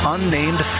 Unnamed